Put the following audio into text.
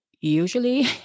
usually